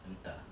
entah